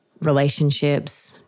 relationships